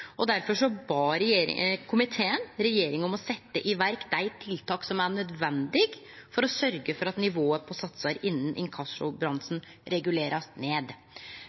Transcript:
komiteen «regjeringen om å sette i verk de tiltak som er nødvendige for å sørge for at nivået på satser i inkassobransjen reguleres ned.»